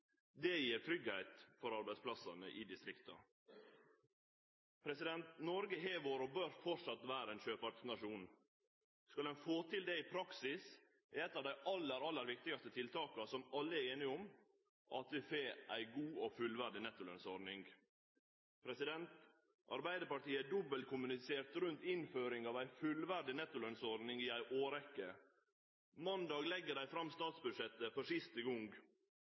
Det gir tryggleik for arbeidsplassane i distrikta. Noreg har vore og bør fortsetje å vere ein sjøfartsnasjon. Skal ein få til det i praksis, er eit av dei aller viktigaste tiltaka, som alle er einige om, at vi får ei god og fullverdig nettolønnsordning. Arbeidarpartiet har dobbeltkommunisert rundt innføringa av ei fullverdig nettolønnsordning i ei årrekkje. Måndag legg regjeringa fram statsbudsjettet for siste gong.